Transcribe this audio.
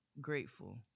grateful